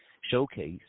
showcase